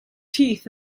teeth